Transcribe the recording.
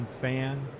fan